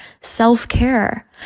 self-care